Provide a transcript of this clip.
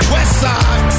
Westside